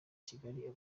kigali